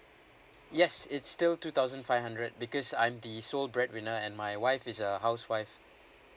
yes it's still two thousand five hundred because I'm the sole bread winner and my wife is a housewife